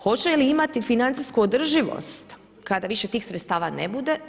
Hoće li imati financijsku održivost kada više tih sredstava ne bude?